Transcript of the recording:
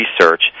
research